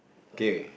K